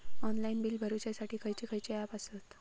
Online bill भरुच्यासाठी खयचे खयचे ऍप आसत?